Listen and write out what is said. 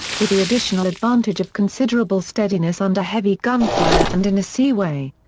with the additional advantage of considerable steadiness under heavy gunfire and in a seaway.